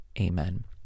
Amen